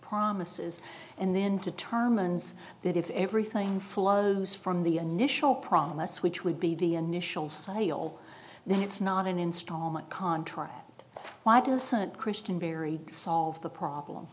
promises and then determines that if everything flows from the initial promise which would be the initial sale then it's not an installment contract why doesn't christian barry solve the problem